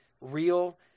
real